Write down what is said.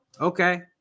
Okay